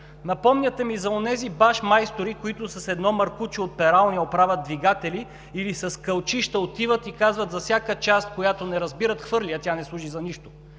Напомняте ми за онези баш майстори, които с едно маркуче от пералня оправят двигатели или с кълчища отиват и казват за всяка част, която не разбират: „Хвърли я. Тя не служи за нищо!“